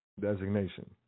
designation